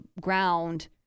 ground